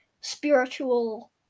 spiritual